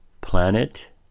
planet